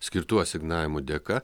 skirtų asignavimų dėka